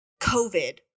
COVID